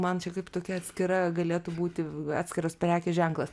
man čia kaip tokia atskira galėtų būti atskiras prekės ženklas